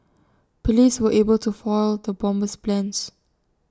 Police were able to foil the bomber's plans